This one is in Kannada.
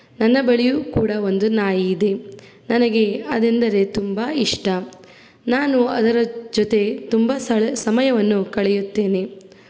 ನನ್ನ ಬಳಿಯೂ ಕೂಡ ಒಂದು ನಾಯಿ ಇದೆ ನನಗೆ ಅದೆಂದರೆ ತುಂಬ ಇಷ್ಟ ನಾನು ಅದರ ಜೊತೆ ತುಂಬ ಸಮಯವನ್ನು ಕಳೆಯುತ್ತೇನೆ